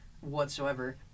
whatsoever